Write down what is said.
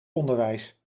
onderwijs